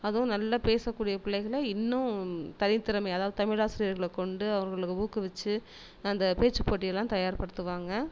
அதுவும் நல்லா பேசக்கூடிய பிள்ளைகளை இன்னும் தனித்திறமை அதாவது தமிழாசிரியர்களை கொண்டு அவர்களுக்கு ஊக்குவிச்சு அந்த பேச்சு போட்டியெல்லாம் தயார்படுத்துவங்க